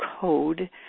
code